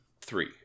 three